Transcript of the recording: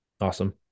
awesome